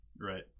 Right